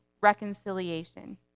Reconciliation